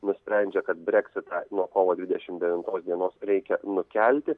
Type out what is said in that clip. nusprendžia kad breksitą nuo kovo dvidešim devintos dienos reikia nukelti